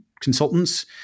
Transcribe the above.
consultants